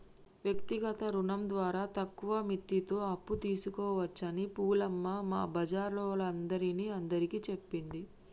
వ్యక్తిగత రుణం ద్వారా తక్కువ మిత్తితో అప్పు తీసుకోవచ్చని పూలమ్మ మా బజారోల్లందరిని అందరికీ చెప్పింది